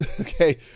okay